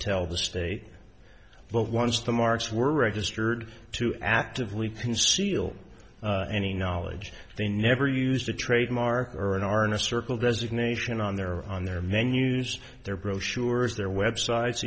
tell the state but once the marks were registered to actively conceal any knowledge they never used a trademark or an r in a circle designation on their on their menus their brochures their websites